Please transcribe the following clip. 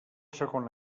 segon